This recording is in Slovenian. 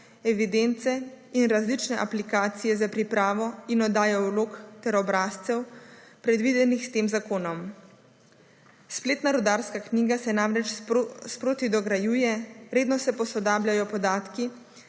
evidence in različne aplikacije za pripravo in oddajo vlog ter obrazcev predvidenih s tem zakonom. Spletna rudarska knjiga se namreč sproti dograjuje, redno se posodabljajo podatki,